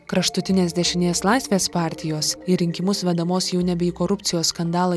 kraštutinės dešinės laisvės partijos į rinkimus vedamos jau nebe į korupcijos skandalą